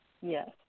Yes